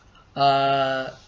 uh